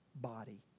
body